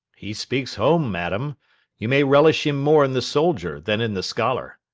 he speaks home, madam you may relish him more in the soldier than in the scholar.